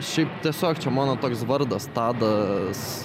šiaip tiesiog čia mano toks vardas tadas